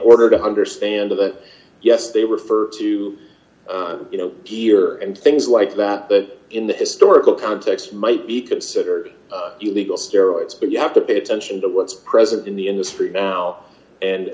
order to understand that yes they refer to d you know beer and things like that but in the historical context might be considered illegal steroids and you have to pay attention to what's present in the industry now and